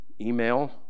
email